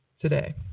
today